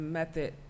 method